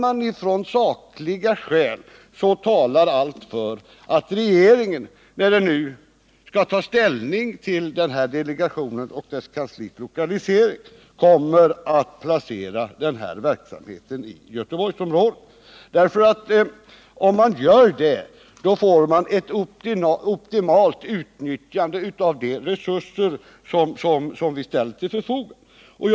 Alla sakliga skäl talar också för att regeringen, när den nu skall ta ställning till delegationens och kansliets lokalisering, beslutar sig för Göteborgsområdet. Det skulle innebära ett optimalt utnyttjande av de resurser som vi ställt till förfogande.